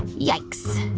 yikes!